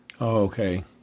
Okay